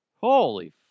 holy